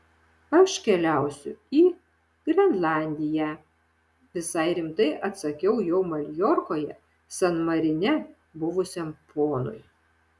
aš keliausiu į grenlandiją visai rimtai atsakau jau maljorkoje san marine buvusiam ponui